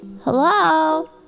Hello